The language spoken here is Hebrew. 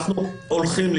אנחנו הולכים לקראתם.